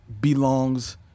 belongs